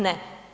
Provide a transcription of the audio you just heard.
Ne.